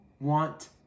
want